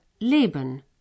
leben